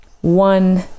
one